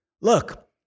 look